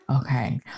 okay